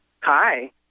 Hi